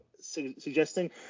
suggesting